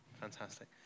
Fantastic